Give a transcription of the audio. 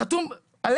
זה חתום עליך,